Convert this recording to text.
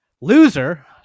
loser